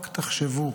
רק תחשבו